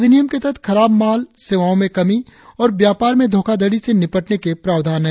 अधिनियम के तहत खराब माल सेवाओं में कमी और व्यापार में घोखाधड़ी से निपटने के प्रावधान हैं